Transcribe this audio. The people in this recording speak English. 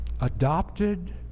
Adopted